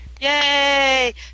Yay